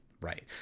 Right